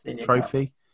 Trophy